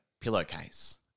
pillowcase